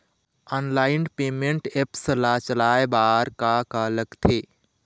Online payment apps ला चलाए बार का का लगथे?